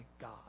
God